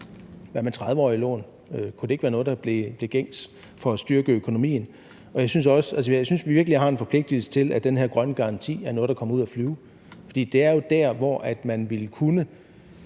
Hvad med 30-årige lån, kunne det ikke være noget, der blev gængs for at styrke økonomien? Jeg synes, vi virkelig har en forpligtigelse til, at den her grønne garanti er noget, der kommer ud at flyve, fordi det er jo der, hvor man ville kunne